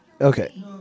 Okay